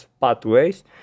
pathways